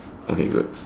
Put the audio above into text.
okay good